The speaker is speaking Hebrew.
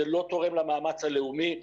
זה לא תורם למאמץ הלאומי.